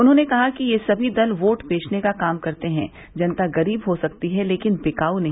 उन्होंने कहा कि ये सभी दल वोट बेचने का काम करते हैं जनता गरीब हो सकती है लेकिन बिकाऊ नहीं